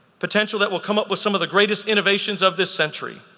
potential that will come up with some of the greatest innovations of this century.